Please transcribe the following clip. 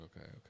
okay